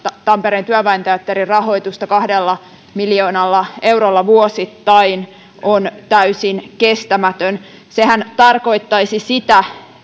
tampereen työväen teatterin rahoitusta kahdella miljoonalla eurolla vuosittain on täysin kestämätön sehän tarkoittaisi sitä